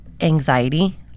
anxiety